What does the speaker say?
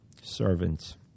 servants